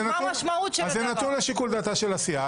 זה נתון לשיקול דעתה של הסיעה.